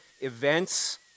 events